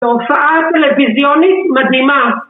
‫תופעה טלוויזיונית מדהימה.